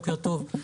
בוקר טוב.